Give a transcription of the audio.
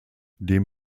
dem